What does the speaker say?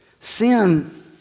Sin